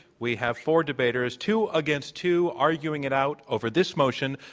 we have four debaters, two against two, arguing it out over this motion,